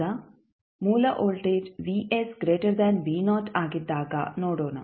ಈಗ ಮೂಲ ವೋಲ್ಟೇಜ್ ಆಗಿದ್ದಾಗ ನೋಡೋಣ